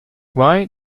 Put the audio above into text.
why